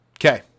Okay